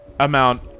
amount